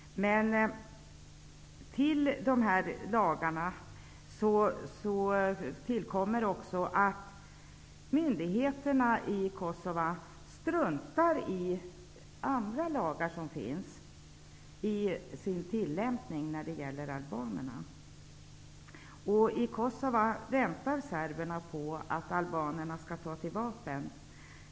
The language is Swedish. Därtill kommer att myndigheterna i Kosova i sin tillämpning när det gäller albanerna struntar i de andra lagar som finns. I Kosova väntar serberna på att albanerna skall ta till vapen.